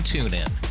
TuneIn